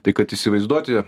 tai kad įsivaizduoti